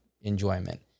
enjoyment